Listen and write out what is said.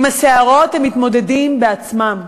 עם הסערות הם מתמודדים בעצמם,